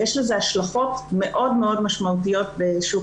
ויש לזה השלכות מאוד מאוד משמעותיות בשוק